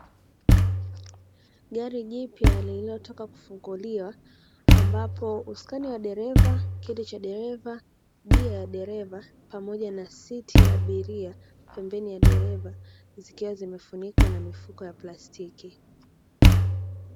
Gari jipya lililotoka kufunguliwa, ambapo uskani wa dereva, kiti cha dereva, gia ya dereva pamoja na siti ya abiria pembeni ya dereva, zikiwa zimefunikwa na mifuko ya plastiki.